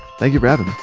thank you for having me